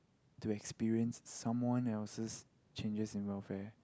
to experience someone else changes in welfare